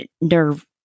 nerve